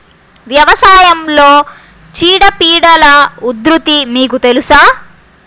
వ్యవసాయంలో చీడపీడల ఉధృతి మీకు తెలుసా?